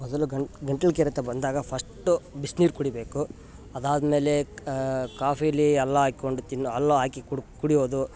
ಮೊದಲು ಗಂ ಗಂಟ್ಲು ಕೆರೆತ ಬಂದಾಗ ಫರ್ಸ್ಟು ಬಿಸ್ನೀರು ಕುಡಿಬೇಕು ಅದಾದಮೇಲೆ ಕಾಫೀಲಿ ಎಲ್ಲ ಹಾಕ್ಕೊಂಡು ತಿನ್ನೊ ಹಾಲ್ಲೊ ಹಾಕಿ ಕುಡಿಯೋದು